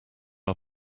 are